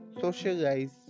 socialize